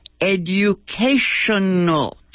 educational